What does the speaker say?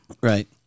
Right